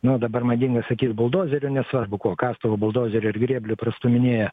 nu dabar madinga sakyt buldozeriu nesvarbu kuo kastuvu buldozeriu ar grėbliu prastūminėja